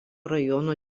rajono